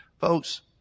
folks